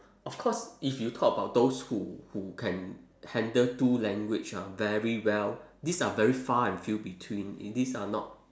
of course if you talk about those who who can handle two language ah very well these are very far and few between these are not